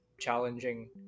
challenging